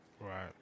Right